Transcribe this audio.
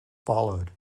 followed